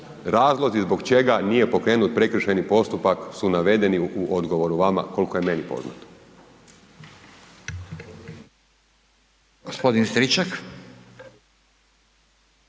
razlozi zbog čega nije pokrenut prekršajni postupak su navedeni u odgovoru vama, koliko je meni poznato.